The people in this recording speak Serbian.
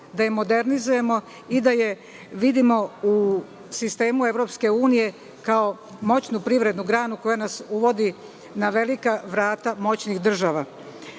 da je modernizujemo i da je vidimo u sistemu EU kao moćnu privrednu granu koja nas uvodi na velika vrata u svet